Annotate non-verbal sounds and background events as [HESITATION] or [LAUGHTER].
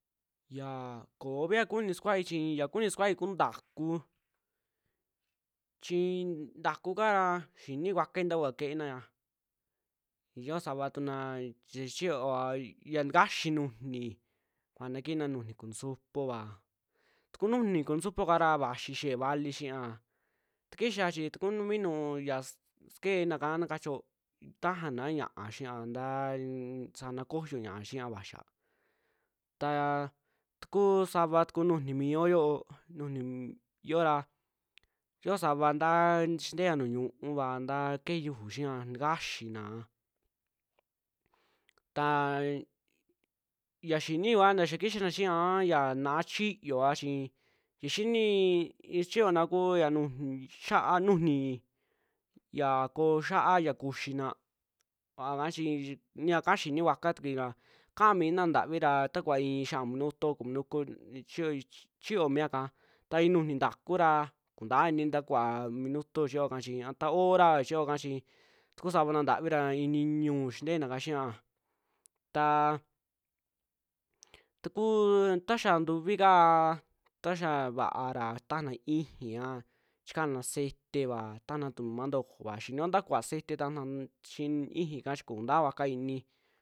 Yaa koovi ya kunii sakuaii chi ya kunii sakuai kuu ntakuu, chin ntakuu kaa xini kuakuai ntaa kuvaa ke'enaa, xio sabatuna chichiyoa ya [UNINTELLIGIBLE] ntakaxii nujuuni kuaana kina nujuuni kanasupooa, takuu nujuuni konasopooka vaxii xe'ee vali xia tikixaa chii tuku minu saa sekeena ika na kachio tajaana ñia'a xiaa ntaa sana koyoo ñia'a xiaa vaxia, taa taku savaatuku nujuuni mio yoo nujunyora [UNINTELLIGIBLE] yoo saba ntaa xinteea nujuu ñiuuva, nta kejee xiuju xuia ntakaxiinaa taa [HESITATION] xaa xinii kuaa nta xaa kixaana xia a yaa naa chiyooa chi ya xinii sichiyona kuu nuju ni xiia'a, nujuuni ya koo xiia'a kuxina vaaka chi ni yaka xini kuakua tukia kaa mina ntavira ta kuvaa i'i xiaun minutuo kunuu chio chiiyo mia kaa ta nujuuni ntaku ra kuntaa inii ya kuvaa minuto chiyoaka chi a ta horaa chiyoaka, chi tuku savana ntavira i'i niñuu xinteenaka xiia, taa takuu ta xaa ntuvii kaa, ta xaa vaara tajana ixiiaa chikana ceiteva najana tumantojova xinio nta kuvaa cete najana chi xii ijii kaa chi koo kuntakukua inii.